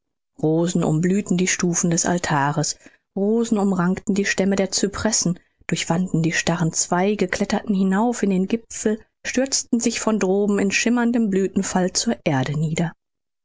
rosen umblühten die stufen des altares rosen umrankten die stämme der cypressen durchwanden die starren zweige kletterten hinauf in den gipfel stürzten sich von droben in schimmerndem blüthenfall zur erde nieder